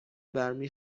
برمی